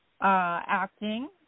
acting